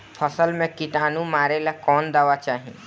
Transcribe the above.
फसल में किटानु मारेला कौन दावा चाही?